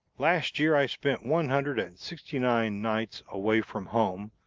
last year i spent one hundred and sixty-nine nights away from home.